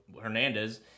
Hernandez